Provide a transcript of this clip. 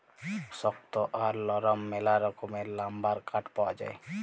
শক্ত আর লরম ম্যালা রকমের লাম্বার কাঠ পাউয়া যায়